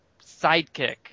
sidekick